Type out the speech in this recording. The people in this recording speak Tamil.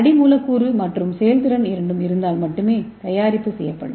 அடி மூலக்கூறு மற்றும் செயல்திறன் இரண்டும் இருந்தால் மட்டுமே தயாரிப்பு செய்யப்படும்